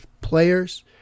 players